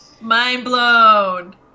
mind-blown